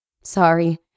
Sorry